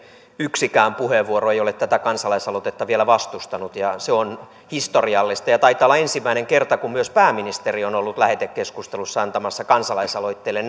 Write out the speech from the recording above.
yksikään puheenvuoro ei ole tätä kansalaisaloitetta vielä vastustanut ja se on historiallista ja taitaa olla ensimmäinen kerta kun myös pääministeri on ollut lähetekeskustelussa antamassa kansalaisaloitteelle